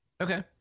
Okay